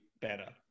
better